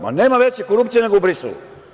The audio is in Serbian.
Ma, nema veće korupcije nego u Briselu.